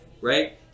right